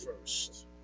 first